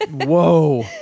whoa